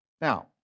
Now